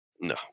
No